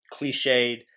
cliched